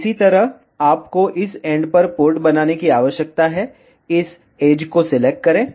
तो इसी तरह आपको इस एंड पर पोर्ट बनाने की आवश्यकता है इस एज को सिलेक्ट करें